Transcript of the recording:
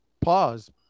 Pause